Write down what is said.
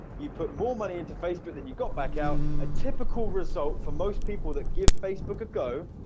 you put more money into facebook than you got back out a typical result for most people that give facebook ago,